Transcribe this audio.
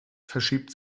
verschiebt